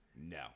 No